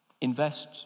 invest